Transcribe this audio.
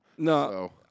No